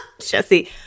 Jesse